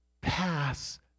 pass